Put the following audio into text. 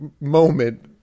moment